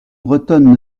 bretonne